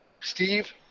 Steve